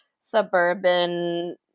suburban